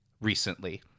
recently